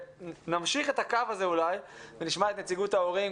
נמשיך את הקו הזה אולי ונשמע את נציגות ההורים.